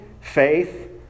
faith